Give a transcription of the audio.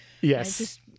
Yes